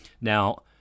Now